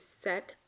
set